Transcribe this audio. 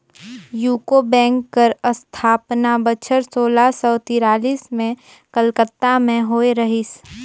UCO bank कर असथापना बछर सोला सव तिरालिस में कलकत्ता में होए रहिस